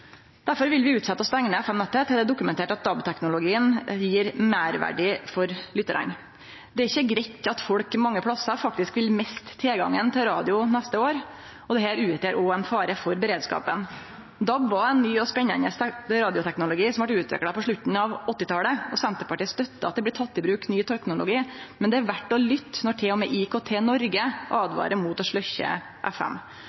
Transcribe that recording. Derfor vil vi utsetje å stengje ned FM-nettet til det er dokumentert at DAB-teknologien gjev meirverdi for lyttarane. Det er ikkje greitt at folk mange stader faktisk vil miste tilgangen til radio neste år, og dette utgjer også ein fare for beredskapen. DAB var ein ny og spennande radioteknologi som vart utvikla på slutten av 1980-talet. Senterpartiet støttar at det blir teke i bruk ny teknologi. Men det er verdt å lytte når til og med IKT-Norge åtvarar mot å sløkkje FM.